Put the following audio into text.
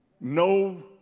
No